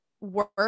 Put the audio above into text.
work